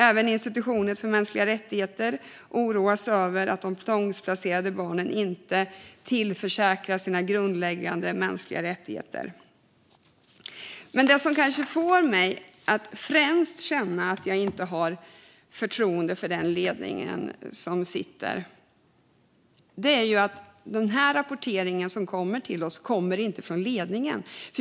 Även Institutet för mänskliga rättigheter oroas över att de tvångsplacerade barnen inte tillförsäkras sina grundläggande mänskliga rättigheter. Det som kanske främst får mig att känna att jag inte har förtroende för den sittande ledningen är att den rapportering som kommer till oss inte kommer från ledningen.